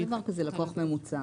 אין דבר כזה לקוח ממוצע.